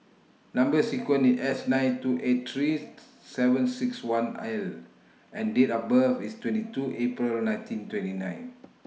Number sequence IS S nine two eight three seven six one L and Date of birth IS twenty two April nineteen twenty nine